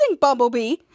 Bumblebee